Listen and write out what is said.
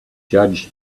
judge